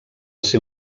ser